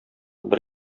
бер